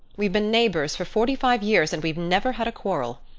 we've been neighbors for forty-five years and we've never had a quarrel.